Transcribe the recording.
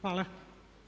Hvala.